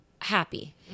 Happy